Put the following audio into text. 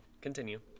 Continue